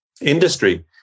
industry